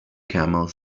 camels